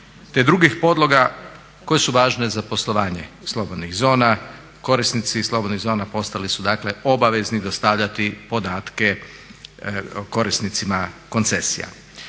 te drugih podloga koje su važne za poslovanje slobodnih zona, korisnici slobodnih zona postali su dakle obavezni dostavljati podatke korisnicima koncesija.